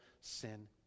sin